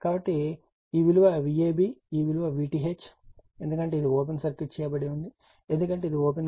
కాబట్టి ఈ విలువ VAB ఈ విలువ VTh ఎందుకంటే ఇది ఓపెన్ సర్క్యూట్ చేయబడి ఉంది ఎందుకంటే ఇది ఓపెన్ గా ఉంది